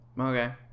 okay